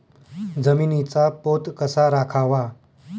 जमिनीचा पोत कसा राखावा?